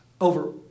Over